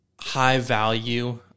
high-value